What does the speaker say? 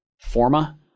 Forma